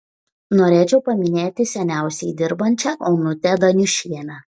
norėčiau paminėti seniausiai dirbančią onutę daniušienę